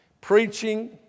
Preaching